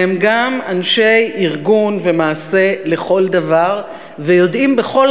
והם גם אנשי ארגון ומעשה לכל דבר ויודעים בכל